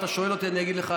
אתה שואל אותי, אני אגיד לך.